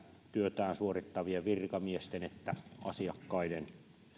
työtään suorittavien virkamiesten eikä asiakkaiden